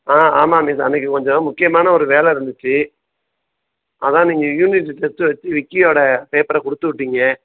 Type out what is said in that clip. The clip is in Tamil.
ஆ ஆமாம் மிஸ் அன்னைக்கு கொஞ்சம் முக்கியமான ஒரு வேலை இருந்துச்சு அதான் நீங்கள் யூனிட்டு டெஸ்ட்டு வச்சு விக்கியோட பேப்பரை கொடுத்துவுட்டிங்க